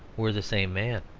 were the same man.